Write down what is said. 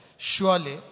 Surely